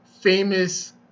famous